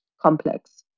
complex